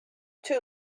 too